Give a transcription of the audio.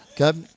Okay